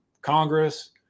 Congress